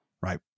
Right